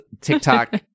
tiktok